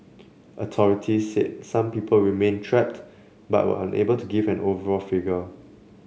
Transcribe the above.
authorities said some people remained trapped but were unable to give an overall figure